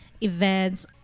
events